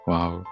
Wow